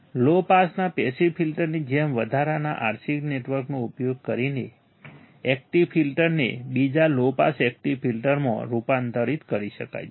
પ્રથમ લો પાસના પેસિવ ફિલ્ટરની જેમ વધારાના RC નેટવર્કનો ઉપયોગ કરીને એકટીવ ફિલ્ટરને બીજા લો પાસ એકટીવ ફિલ્ટરમાં રૂપાંતરિત કરી શકાય છે